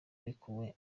arekuwe